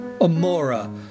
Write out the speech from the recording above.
Amora